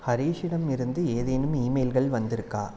ஹரிஷிடம் இருந்து ஏதேனும் இமெயில்கள் வந்திருக்கா